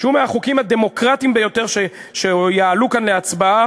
שהוא מהחוקים הדמוקרטיים ביותר שיעלו כאן להצבעה,